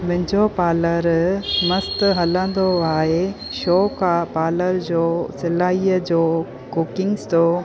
मुंहिंजो पालर मस्तु हलंदो आहे शौक़ु आहे पालर जो सिलाई जो कुकिंग्स जो